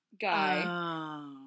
guy